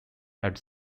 had